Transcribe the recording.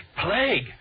Plague